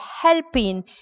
helping